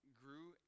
grew